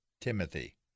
Timothy